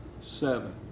seven